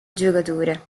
giocatore